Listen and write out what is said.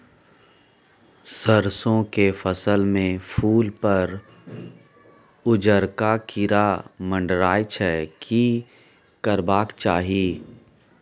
सरसो के फसल में फूल पर उजरका कीरा मंडराय छै की करबाक चाही?